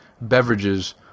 beverages